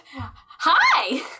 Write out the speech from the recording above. Hi